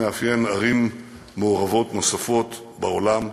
זה מאפיין ערים מעורבות נוספות בעולם,